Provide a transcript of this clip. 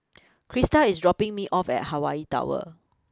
Christa is dropping me off at Hawaii Tower